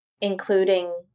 including